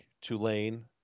Tulane